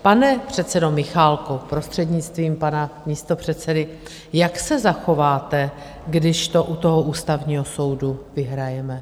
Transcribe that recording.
Pane předsedo Michálku, prostřednictvím pana místopředsedy, jak se zachováte, když to u toho Ústavního soudu vyhrajeme?